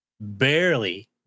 barely